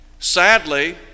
Sadly